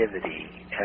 creativity